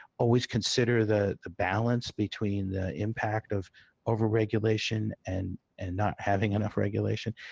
always consider the balance between the impact of over-regulation, and and not having enough regulation.